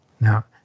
Now